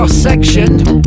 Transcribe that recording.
Cross-sectioned